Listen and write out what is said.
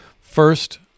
First